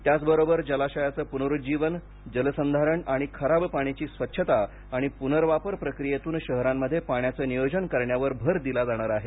त्याचबरोबर जलाशयांचं पुनरुज्जीवन जलसंधारण आणि खराब पाण्याची स्वच्छता आणि पुनर्वापर प्रक्रियेतून शहरांमध्ये पाण्याचं नियोजन करण्यावर भर दिला जाणार आहे